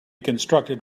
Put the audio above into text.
constructed